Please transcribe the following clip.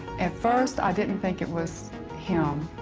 at first i didn't think it was him,